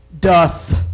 doth